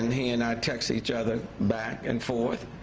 he and i text each other back and forth.